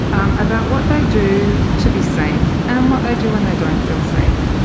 about what they do to be safe and what they do when they don't feel safe.